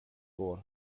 går